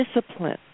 discipline